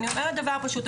אני אומרת דבר פשוט,